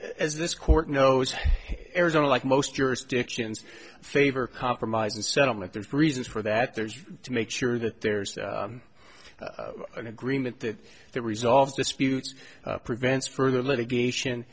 as this court knows arizona like most jurisdictions favor compromise and settlement there's reasons for that there's to make sure that there's an agreement that that resolves disputes prevents further litigation